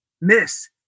miss